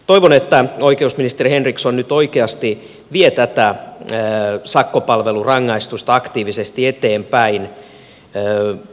toivon että oikeusministeri henriksson nyt oikeasti vie tätä sakkopalvelurangaistusta aktiivisesti eteenpäin